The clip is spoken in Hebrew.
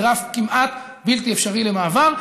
זה מציב רף כמעט בלתי אפשרי למעבר.